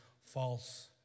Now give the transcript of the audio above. false